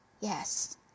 yes